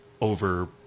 over